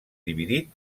dividit